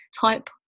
type